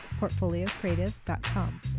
portfoliocreative.com